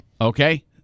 Okay